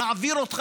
נעביר אותך,